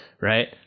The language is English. right